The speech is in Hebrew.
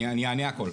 אני אענה הכול,